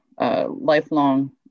lifelong